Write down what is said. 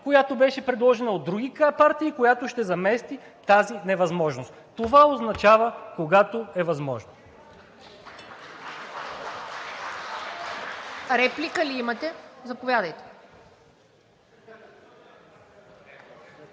която беше предложена от други партии, която ще замести тази невъзможност. Това означава, „когато е възможно“.